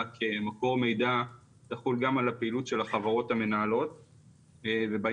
כמקור מידע תחול גם על הפעילות של החברות המנהלות ובעניין